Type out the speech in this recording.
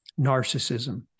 narcissism